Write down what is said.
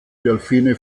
delfine